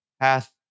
hath